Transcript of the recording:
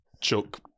chuck